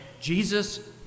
Jesus